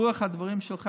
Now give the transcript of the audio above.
ברוח הדברים שלך,